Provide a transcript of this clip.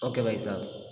okay भाई साहब